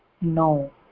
No